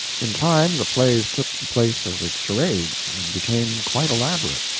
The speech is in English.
in time the plays took the place of the charades and became quite elaborate,